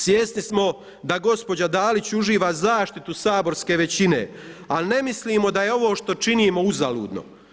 Svjesni smo da gospođa Dalić uživa zaštitu saborske većine, ali ne mislimo da je ovo što činimo uzaludno.